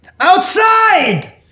Outside